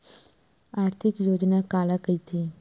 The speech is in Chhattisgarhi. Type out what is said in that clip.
आर्थिक योजना काला कइथे?